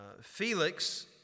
Felix